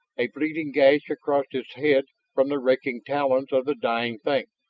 a bleeding gash across its head from the raking talons of the dying thing.